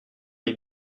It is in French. les